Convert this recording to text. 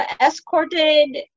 escorted